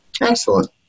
Excellent